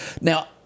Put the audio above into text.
Now